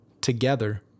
together